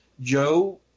Joe